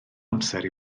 amser